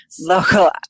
local